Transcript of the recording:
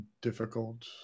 difficult